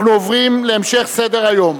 אנחנו עוברים להמשך סדר-היום.